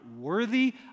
worthy